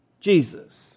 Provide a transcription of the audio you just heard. Jesus